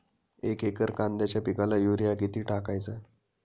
एक एकर कांद्याच्या पिकाला युरिया किती टाकायचा?